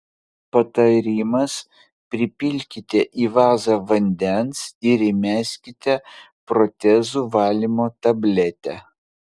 patarimas pripilkite į vazą vandens ir įmeskite protezų valymo tabletę